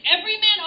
everyman